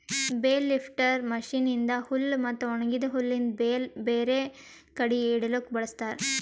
bale lifter machine ಇಂದಾ ಹುಲ್ ಮತ್ತ ಒಣಗಿದ ಹುಲ್ಲಿಂದ್ ಬೇಲ್ ಬೇರೆ ಕಡಿ ಇಡಲುಕ್ ಬಳ್ಸತಾರ್